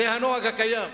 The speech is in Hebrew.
זה הנוהג הקיים.